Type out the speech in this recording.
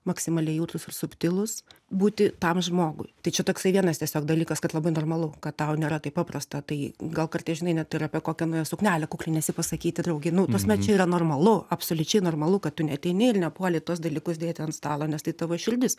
maksimaliai jautrūs ir subtilūs būti tam žmogui tai čia toksai vienas tiesiog dalykas kad labai normalu kad tau nėra taip paprasta tai gal kartais žinai net ir apie kokią naują suknelę kukliniesi pasakyti draugei nu ta prasme čia yra normalu absoliučiai normalu kad tu neateini ir nepuoli tuos dalykus dėti ant stalo nes tai tavo širdis